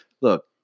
Look